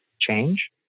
change